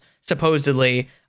supposedly